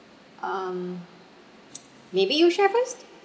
um maybe you share first mm